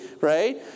right